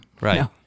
Right